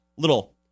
little